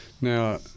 Now